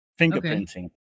Fingerprinting